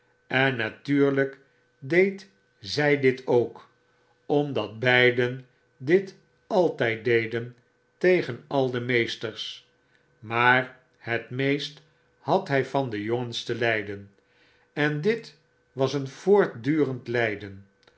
en natuurljjk deed zjj dit ook omdat beiden dit altjjd deden tegen al de meesters maar het meest had hjj van de jongens te ljjden en dit was een voortdurend ljjden